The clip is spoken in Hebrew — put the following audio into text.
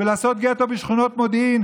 ולעשות גטו בשכונות מודיעין,